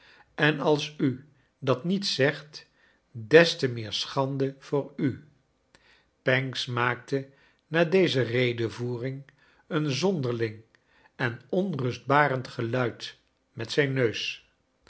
en als u dat niet zegt des te meer schande voor up pancks maakte na deze redevoering een zonderling en onrustbarend geluid met zijn neus